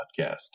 podcast